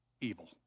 evil